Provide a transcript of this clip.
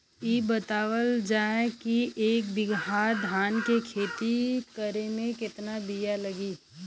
इ बतावल जाए के एक बिघा धान के खेती करेमे कितना बिया लागि?